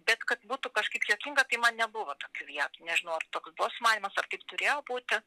bet kad būtų kažkaip juokinga kai man nebuvo vietų nežinau ar toks buvo sumanymas ar taip turėjo būti